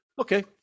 Okay